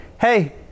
Hey